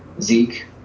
Zeke